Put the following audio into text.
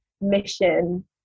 mission